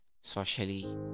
socially